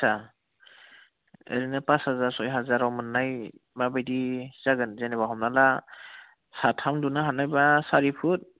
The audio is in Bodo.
आस्सा ओरैनो पास हाजार सय हाजाराव मोननाय माबायदि जागोन जेनेबा हमना ला साथाम उन्दुनो हानायब्ला सारिफुट